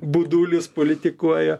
budulis politikuoja